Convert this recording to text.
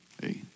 hey